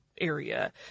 Area